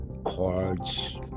cards